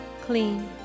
clean